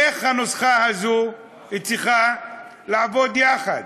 איך הנוסחה הזו צריכה לעבוד יחד?